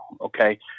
okay